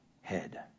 head